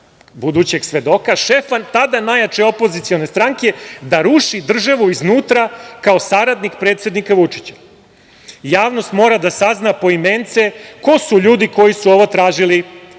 budućeg svedoka, šefa tada najjače opozicione stranke, da ruši državu iznutra kao saradnik predsednika Vučića. Javnost mora da sazna poimence ko su ljudi koji su ovo tražili